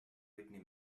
whitney